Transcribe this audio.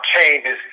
changes